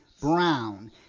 Brown